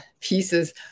pieces